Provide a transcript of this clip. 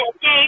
Dave